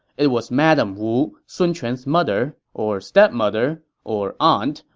it was madame wu, sun quan's mother, or stepmother, or aunt,